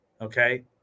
Okay